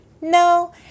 no